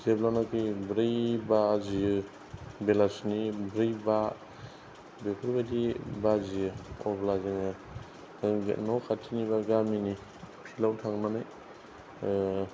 जेब्लानाखि ब्रै बाजियो बेलासिनि ब्रै बा बेफोरबायदि बाजियो अब्ला जोङो न' खाथिनि बा गामिनि फिल्डआव थांनानै